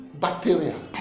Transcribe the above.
bacteria